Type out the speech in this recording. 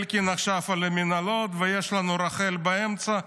אלקין עכשיו על המינהלות ויש לנו רח"ל באמצע.